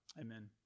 Amen